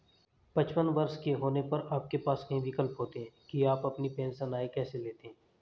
पचपन वर्ष के होने पर आपके पास कई विकल्प होते हैं कि आप अपनी पेंशन आय कैसे लेते हैं